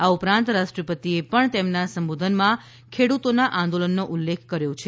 આ ઉપરાંત રાષ્ટ્રપતિએ પણ તેમના સંબોધનમાં ખેડૂતોના આંદોલનનો ઉલ્લેખ ખર્યો છે